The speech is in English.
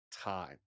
time